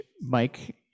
Mike